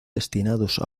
destinados